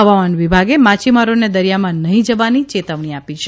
હવામાન વિભાગે માછીમારોને દરિયામાં નહીં જવા ચેતવણી આપી છે